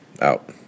Out